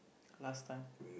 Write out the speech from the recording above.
last time